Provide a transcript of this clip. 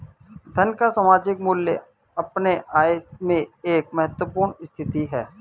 धन का सामयिक मूल्य अपने आप में एक महत्वपूर्ण स्थिति है